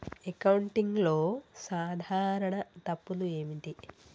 అకౌంటింగ్లో సాధారణ తప్పులు ఏమిటి?